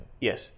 Yes